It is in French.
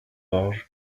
orge